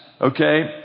okay